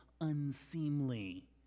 unseemly